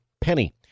penny